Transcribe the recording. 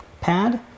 pad